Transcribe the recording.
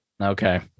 Okay